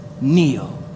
kneel